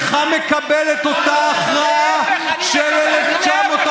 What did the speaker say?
אינך מקבל את אותה הכרעה של 1947,